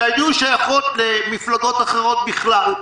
שהיו שייכות למפלגות אחרות בכלל,